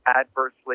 adversely